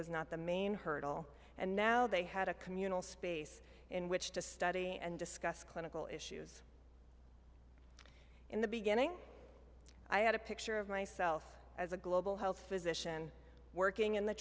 was not the main hurdle and now they had a communal space in which to study and discuss clinical issues in the beginning i had a picture of myself as a global health physician working in the